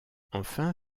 enfin